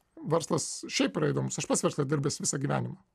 verslas šiaip yra įdomus aš pats versle dirbęs visą gyvenimą